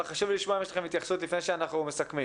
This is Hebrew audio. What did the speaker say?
חשוב לי לשמוע אם יש לכן התייחסות לפני שאנחנו מסכמים.